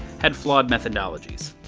had flawed methodologies.